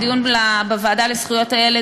בדיון בוועדה לזכויות הילד,